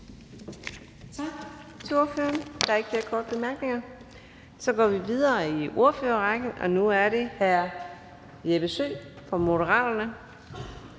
Tak til ordføreren. Der er ikke flere korte bemærkninger. Så går vi videre i ordførerrækken, og nu er det hr. Jeppe Søe for Moderaterne.